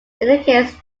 indicates